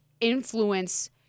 influence